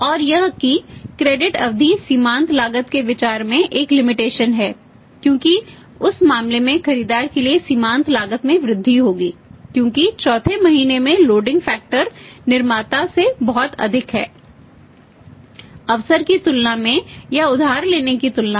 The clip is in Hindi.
और यह कि क्रेडिट है क्योंकि उस मामले में खरीदार के लिए सीमांत लागत में वृद्धि होगी क्योंकि चौथे महीने में लोडिंग फैक्टर निर्माता से बहुत अधिक है अवसर की तुलना में या उधार लेने की तुलना में